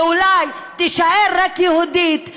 ואולי תישאר רק יהודית.